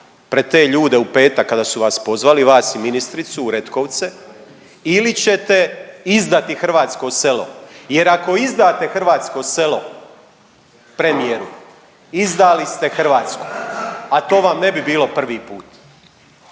pred te ljude u petak kada su vas pozvali, vas i ministricu u Retkovce ili ćete izdati hrvatsko selo. Jer ako izdate hrvatsko selo premijeru, izdali ste Hrvatsku a to vam ne bi bilo prvi put!